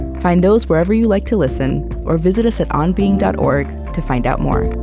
find those wherever you like to listen or visit us at onbeing dot org to find out more